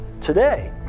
today